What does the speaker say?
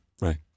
Right